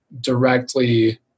directly